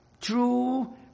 true